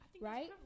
right